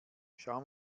schau